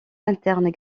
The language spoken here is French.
internes